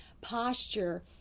posture